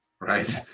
right